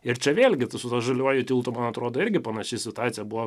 ir čia vėlgi tu su tuo žaliuoju tiltu man atrodo irgi panaši situacija buvo